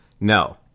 No